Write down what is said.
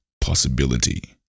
possibility